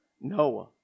Noah